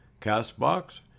CastBox